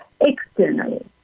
externally